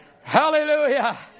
Hallelujah